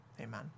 amen